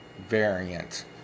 variant